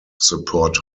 support